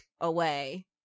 away